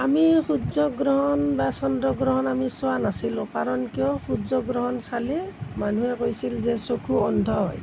আমি সূৰ্যগ্ৰহণ বা চন্দ্ৰগ্ৰহণ আমি চোৱা নাছিলোঁ কাৰণ কিয় সূৰ্যগ্ৰহণ চালে মানুহে কৈছিল যে চকু অন্ধ হয়